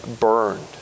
burned